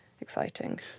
exciting